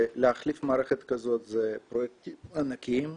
ולהחליף מערכות כאלה זה פרויקטים ענקיים,